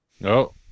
No